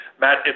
Matt